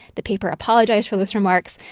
the paper apologized for those remarks.